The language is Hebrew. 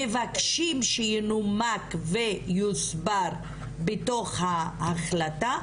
מבקשים שינומק ויוסבר בתוך ההחלטה,